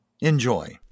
Enjoy